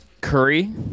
Curry